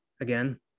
again